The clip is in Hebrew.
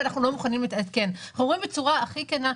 אנחנו אומרים בצורה הכי כנה,